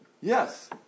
Yes